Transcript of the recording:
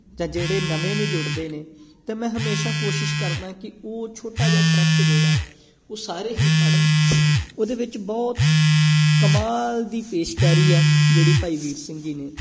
ਜਾਂ ਜਿਹੜੇ ਨਵੇਂ ਵੀ ਜੁੜਦੇ ਨੇ ਤਾਂ ਮੈਂ ਹਮੇਸ਼ਾਂ ਕੋਸ਼ਿਸ਼ ਕਰਦਾ ਕਿ ਉਹ ਛੋਟਾ ਜਿਹਾ ਟਰੈਕਟ ਜਿਹੜਾ ਉਹ ਸਾਰੇ ਹੀ ਪੜ੍ਹਨ ਉਹਦੇ ਵਿੱਚ ਬਹੁਤ ਕਮਾਲ ਦੀ ਪੇਸ਼ਕਾਰੀ ਆ ਜਿਹੜੀ ਭਾਈ ਵੀਰ ਸਿੰਘ ਜੀ ਨੇ